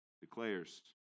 declares